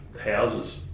houses